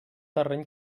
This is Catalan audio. terreny